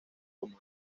como